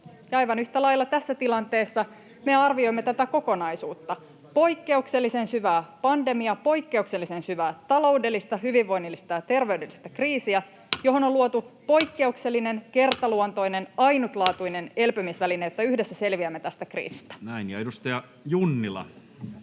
Aivan yhtä lailla tässä tilanteessa me arvioimme tätä kokonaisuutta: poikkeuksellisen syvää pandemiaa, poikkeuksellisen syvää taloudellista, hyvinvoinnillista ja terveydellistä kriisiä, johon on luotu poikkeuksellinen, kertaluontoinen, ainutlaatuinen elpymisväline, että yhdessä selviämme tästä kriisistä. [Speech 122]